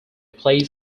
plays